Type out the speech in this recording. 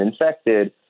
infected